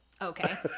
okay